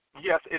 yes